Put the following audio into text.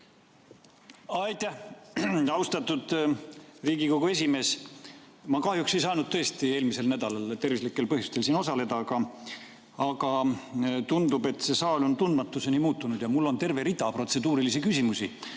Aitäh, austatud Riigikogu esimees! Ma kahjuks ei saanud tõesti eelmisel nädalal tervislikel põhjustel siin osaleda, aga tundub, et see saal on tundmatuseni muutunud. Mul on terve rida protseduurilisi küsimusi,